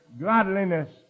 godliness